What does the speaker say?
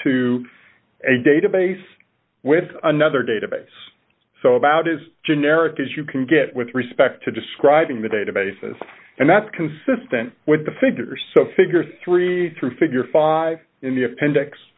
to a database with another database so about as generic as you can get with respect to describing the databases and that's consistent with the figures figure three through figure five in the appendix